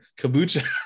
Kabucha